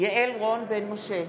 יעל רון בן משה,